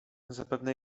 zapewne